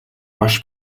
маш